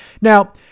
Now